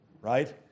right